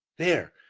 there!